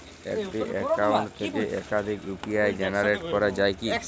একটি অ্যাকাউন্ট থেকে একাধিক ইউ.পি.আই জেনারেট করা যায় কি?